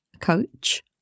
coach